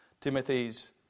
Timothy's